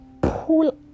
pull